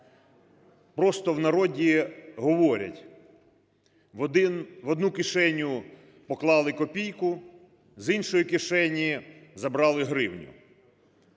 Просто в народі говорять: "В одну кишеню поклали копійку, з іншої кишені забрали гривню".